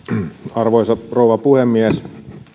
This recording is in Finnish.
arvoisa rouva puhemies